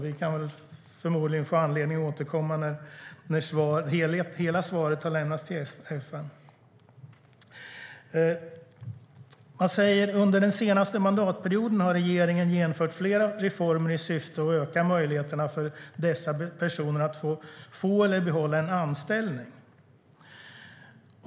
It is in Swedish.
Vi får förmodligen anledning att återkomma när hela svaret har lämnats till FN. I svaret sägs att "under de senaste mandatperioderna har regeringen genomfört flera reformer i syfte att öka möjligheterna för dessa personer att få eller behålla en anställning".